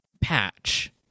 Patch